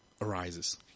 arises